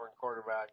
quarterback